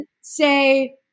say